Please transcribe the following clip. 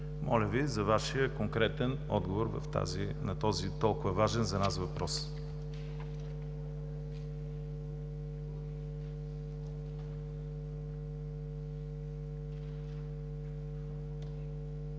Моля за Вашия конкретен отговор на този толкова важен за нас въпрос.